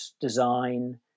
design